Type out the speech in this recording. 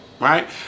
right